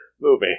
movie